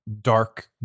dark